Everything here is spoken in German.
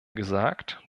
gesagt